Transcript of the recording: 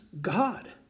God